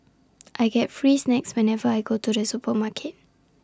I get free snacks whenever I go to the supermarket